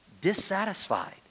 Dissatisfied